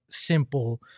simple